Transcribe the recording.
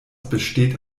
besteht